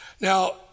now